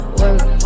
work